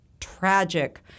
tragic